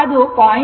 ಅದು 0